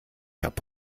habe